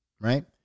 right